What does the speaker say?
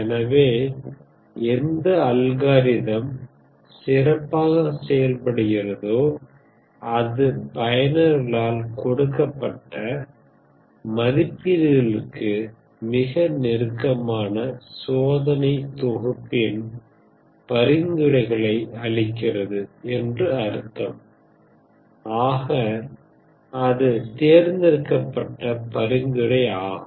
எனவே எந்த அல்காரிதம் சிறப்பாகச் செயல்படுகிறதோ அது பயனர்களால் கொடுக்கப்பட்ட மதிப்பீடுகளுக்கு மிக நெருக்கமான சோதனைத் தொகுப்பின் பரிந்துரைகளை அளிக்கிறது என்று அர்த்தம் ஆக அது தேர்ந்தெடுக்கப்பட்ட பரிந்துரை ஆகும்